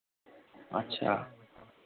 अच्छा